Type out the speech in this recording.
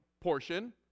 portion